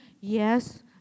yes